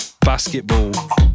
basketball